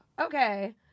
Okay